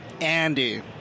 Andy